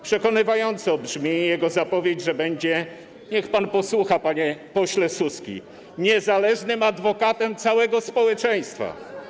Przekonywająco brzmi jego zapowiedź, że będzie - niech pan posłucha, panie pośle Suski - niezależnym adwokatem całego społeczeństwa.